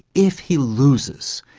if he loses,